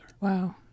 Wow